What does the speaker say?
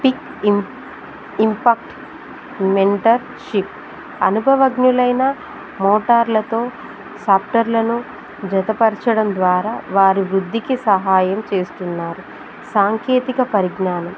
pick impact mentorship అనుభవజ్ఞులైన మోటార్లతో సాఫ్ట్వేర్లను జతపరచడం ద్వారా వారి వృద్ధికి సహాయం చేస్తున్నారు సాంకేతిక పరిజ్ఞానం